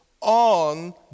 on